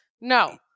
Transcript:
no